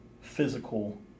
physical